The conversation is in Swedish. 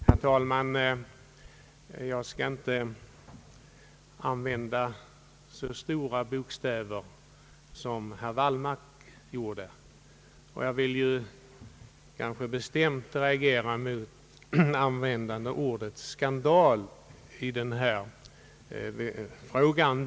Herr talman! Jag skall inte tala med så stora bokstäver som herr Wallmark gjorde, och jag vill bestämt reagera mot användandet av ordet skandal i denna fråga.